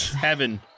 Heaven